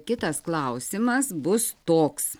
kitas klausimas bus toks